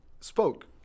spoke